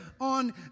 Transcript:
on